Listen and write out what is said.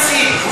הוא מסית.